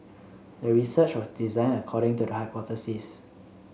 the research was designed according to the hypothesis